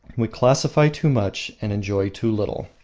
we classify too much and enjoy too little.